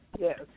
Yes